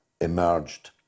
emerged